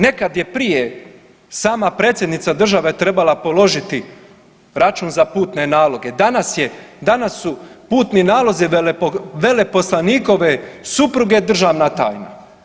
Nekad je prije sama predsjednica države treba položiti račun za putne naloge, danas je, danas su putni nalozi veleposlanikove supruge državna tajna.